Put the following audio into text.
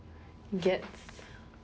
get